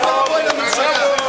צריך להושיב אותם על ספסל הנאשמים,